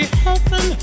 heaven